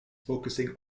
focusing